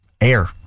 air